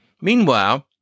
Meanwhile